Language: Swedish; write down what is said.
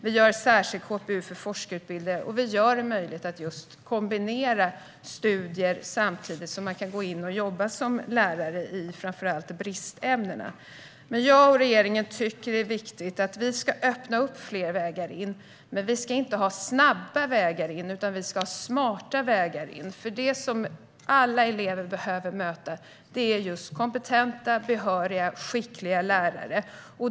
Vi erbjuder särskild KPU för forskarutbildningar, och vi gör det möjligt att studera samtidigt som man kan gå in och jobba som lärare, framför allt i bristämnena. Jag och regeringen tycker att det är viktigt att vi öppnar fler vägar in. Men vi ska inte ha snabba vägar in, utan vi ska ha smarta vägar in. Det som alla elever behöver möta är kompetenta, behöriga och skickliga lärare.